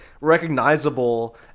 recognizable